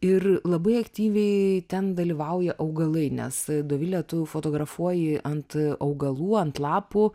ir labai aktyviai ten dalyvauja augalai nes dovile tu fotografuoji ant augalų ant lapų